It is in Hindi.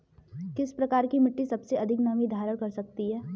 किस प्रकार की मिट्टी सबसे अधिक नमी धारण कर सकती है?